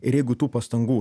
ir jeigu tų pastangų